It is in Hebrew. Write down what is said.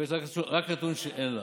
רק נתון שאין לה,